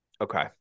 Okay